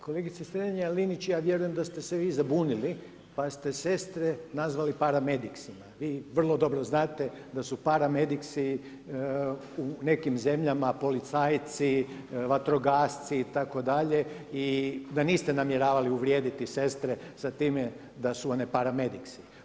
Kolegice Strenja-Linić, ja vjerujem da ste se vi zabunili pa ste sestre nazvali paramediksima, vi vrlo dobro znate da su paramediksi u nekim zemljama policajci, vatrogasci itd., i da niste namjeravali uvrijediti sestre sa time da su one paramediksi.